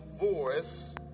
voice